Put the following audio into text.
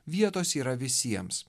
vietos yra visiems